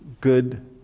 good